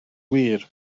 wir